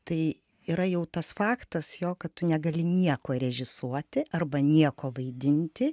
tai yra jau tas faktas jo kad tu negali nieko režisuoti arba nieko vaidinti